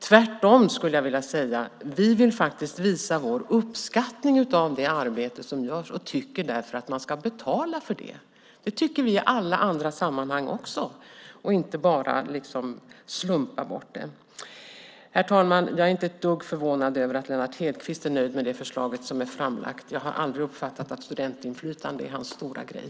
Tvärtom vill vi faktiskt visa vår uppskattning av det arbete som görs, och vi tycker därför att man ska betala för det. Det tycker vi i alla andra sammanhang också. Det ska inte slumpas bort. Herr talman! Jag är inte dugg förvånad över att Lennart Hedquist är nöjd med det framlagda förslaget. Jag har aldrig uppfattat att studentinflytande är hans stora grej.